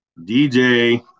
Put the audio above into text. DJ